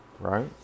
right